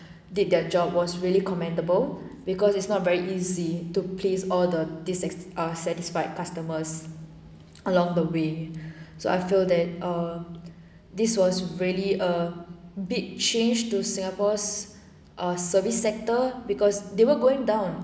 did their job was really commendable because it's not very easy to pleased all the dis ah satisfied customers along the way so I feel that err this was really a big change to singapore's service sector because they were going down